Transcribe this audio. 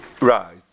Right